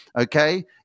okay